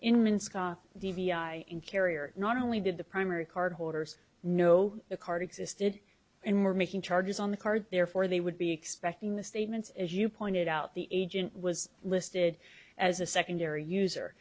the vi in carrier not only did the primary cardholder's know the card existed and were making charges on the card therefore they would be expecting the statements as you pointed out the agent was listed as a secondary user